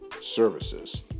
services